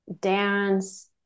dance